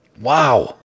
Wow